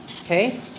Okay